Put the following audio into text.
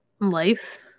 life